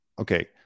okay